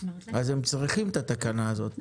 הם צריכים את התקנה הזאת,